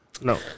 No